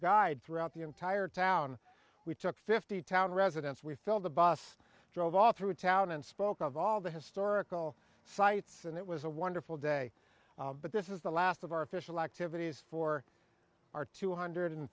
guide throughout the entire town we took fifty town residents we filled the bus drove all through town and spoke of all the historical sites and it was a wonderful day but this is the last of our official activities for our two hundred